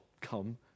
come